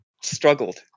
struggled